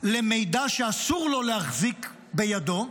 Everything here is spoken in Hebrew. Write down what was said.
למידע שאסור לו להחזיק בידו,